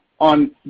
On